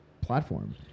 platform